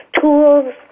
tools